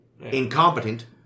incompetent